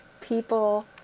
people